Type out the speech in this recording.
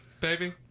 baby